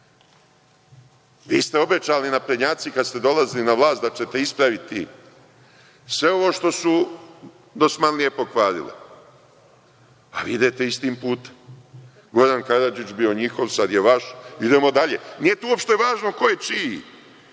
ste obećali, naprednjaci, kada ste dolazili na vlast, da ćete ispraviti sve ovo što su dosmanlije pokvarile, ali ide istim putem. Goran Karadžić je bio njihov, sada je vaš, idemo dalje. Nije tu uopšte važno ko je čiji,